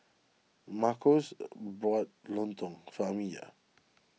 Marcos bought lontong for Amiyah